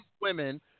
women